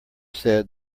said